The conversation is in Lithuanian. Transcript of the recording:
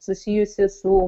susijusi su